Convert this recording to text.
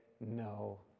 no